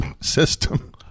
system